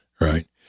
Right